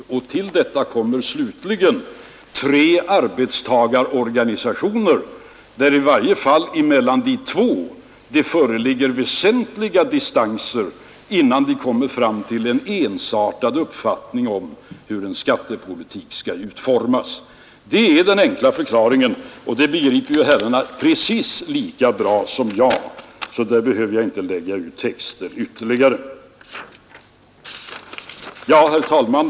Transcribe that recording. Slutligen tillkommer tre arbetstagarorganisationer, där det i varje fall mellan två föreligger väsentliga distanser innan de kommer fram till en ensartad uppfattning om hur en skattepolitik skall utformas. Det är den enkla förklaringen, och det begriper herrarna precis lika bra som jag, så jag behöver inte lägga ut texten ytterligare. Herr talman!